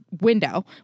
window